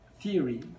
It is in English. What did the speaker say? theory